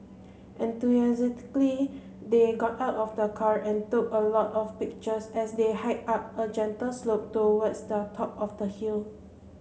enthusiastically they got out of the car and took a lot of pictures as they hiked up a gentle slope towards the top of the hill